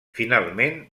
finalment